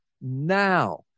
Now